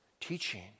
teaching